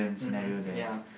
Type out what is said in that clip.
mmhmm yeah